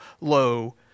low